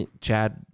Chad